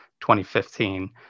2015